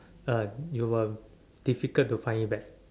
uh you will difficult to find it back